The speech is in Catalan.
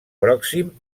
pròxim